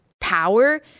power –